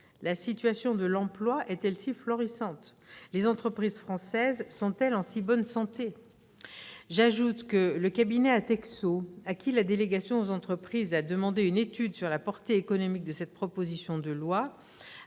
La situation de l'emploi est-elle si florissante ? Les entreprises françaises sont-elles en si bonne santé ?